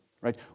right